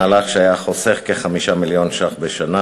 מהלך שהיה חוסך כ-5 מיליון ש"ח בשנה,